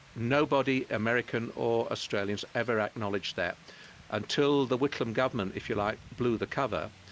nobody, american or australians, ever acknowledged that until the whitlam government if you like, blew the cover,